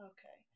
Okay